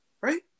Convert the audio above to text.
right